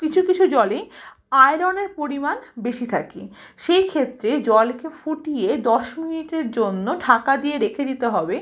কিছু কিছু জলে আয়রনের পরিমাণ বেশি থাকে সেই ক্ষেত্রে জলকে ফুটিয়ে দশ মিনিটের জন্য ঢাকা দিয়ে রেখে দিতে হবে